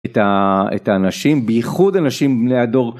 את האנשים בייחוד אנשים בני הדור.